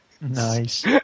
Nice